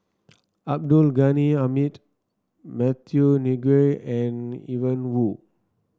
Abdul Ghani Hamid Matthew Ngui and Ian Woo